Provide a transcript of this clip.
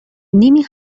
نیمی